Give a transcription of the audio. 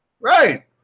Right